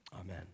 Amen